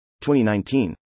2019